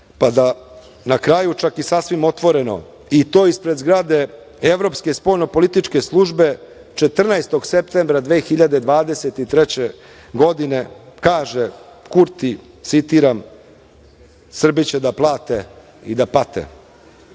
prava. Na kraju, čak i sasvim otvoreno i to ispred zgrade Evropske spoljno političke službe 14. septembra 2023. godine kaže Kurti, citiram – Srbi će da plate i da pate. Kada